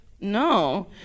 no